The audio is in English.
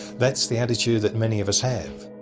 that's the attitude that many of us have.